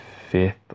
fifth